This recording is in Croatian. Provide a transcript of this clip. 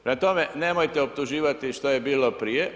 Prema tome, nemojte optuživati što je bilo prije.